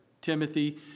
Timothy